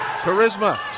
Charisma